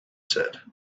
said